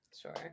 Sure